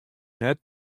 net